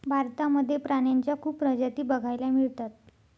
भारतामध्ये प्राण्यांच्या खूप प्रजाती बघायला मिळतात